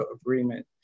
agreement